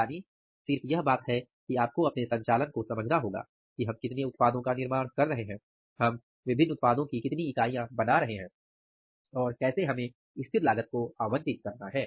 यानि सिर्फ यह बात है कि आपको अपने संचालन को समझना होगा कि हम कितने उत्पादों का निर्माण कर रहे हैं हम विभिन्न उत्पादों की कितनी इकाइयां बना रहे हैं और कैसे हमें स्थिर लागत को आवंटित करना है